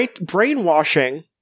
Brainwashing